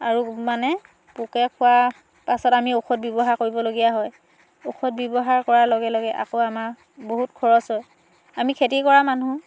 আৰু মানে পোকে খোৱা পাছত আমি ঔষধ ব্যৱহাৰ কৰিবলগীয়া হয় ঔষধ ব্যৱহাৰ কৰাৰ লগে লগে আকৌ আমাৰ বহুত খৰচ হয় আমি খেতি কৰা মানুহ